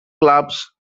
clubs